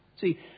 See